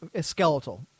skeletal